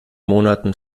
monaten